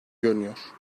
görünüyor